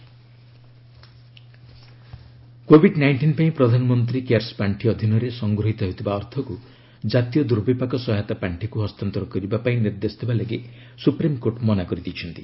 SC PM CARES fund Covid nineteen ପାଇଁ ପ୍ରଧାନମନ୍ତ୍ରୀ CARES ପାଣ୍ଠି ଅଧୀନରେ ସଂଗୃହୀତ ହେଉଥିବା ଅର୍ଥକୁ କାତୀୟ ଦୁର୍ବିପାକ ସହାୟତା ପାଣ୍ଠିକୁ ହସ୍ତାନ୍ତର କରିବା ପାଇଁ ନିର୍ଦ୍ଦେଶ ଦେବା ଲାଗି ସୁପ୍ରିମକୋର୍ଟ ମନା କରିଦେଇଛନ୍ତି